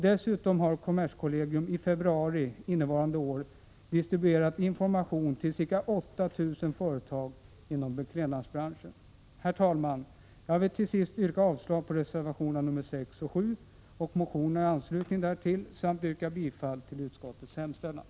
Dessutom har kommerskollegium i februari innevarande år distribuerat informationen till ca 8 000 företag inom beklädnadsbranschen. Herr talman! Jag vill till sist yrka avslag på reservationerna 6 och 7 och motionerna i anslutning därtill samt yrka bifall till utskottets hemställan.